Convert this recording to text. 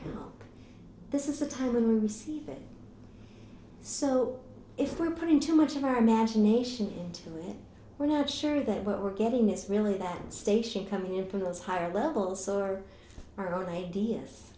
for this is the time when we receive it so if we're putting too much of our imagination to it we're not sure that what we're getting is really that station coming in from those higher levels or our own ideas